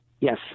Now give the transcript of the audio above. Yes